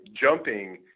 jumping